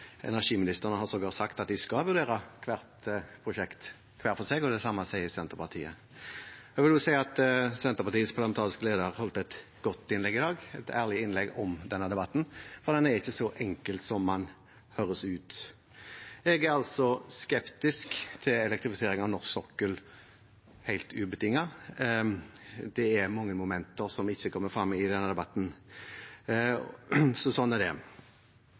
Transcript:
Energiministeren har sågar sagt at de skal vurdere hvert prosjekt hver for seg, og det samme sier Senterpartiet. Jeg vil også si at Senterpartiets parlamentariske leder holdt et godt innlegg i dag, et ærlig innlegg om denne debatten. Og den er ikke så enkel som den høres ut. Jeg er altså skeptisk til elektrifisering av norsk sokkel helt ubetinget. Det er mange momenter som ikke kommer frem i denne debatten.